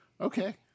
Okay